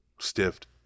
stiffed